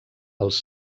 els